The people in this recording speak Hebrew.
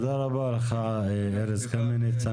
תודה רבה לך ארז קמיניץ,